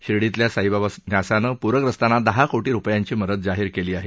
शिर्डीतल्या साईबाबा न्यासानं पूरग्रस्तांना दहा कोटी रुपयांची मदत जाहीर केली आहे